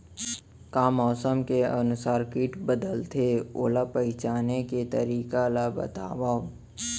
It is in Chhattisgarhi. का मौसम के अनुसार किट बदलथे, ओला पहिचाने के तरीका ला बतावव?